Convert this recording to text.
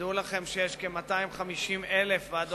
תדעו לכם, שיש כ-250,000 ועדות רפואיות.